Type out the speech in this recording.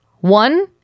One